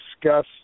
discuss